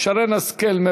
יעל כהן-פארן,